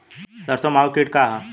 सरसो माहु किट का ह?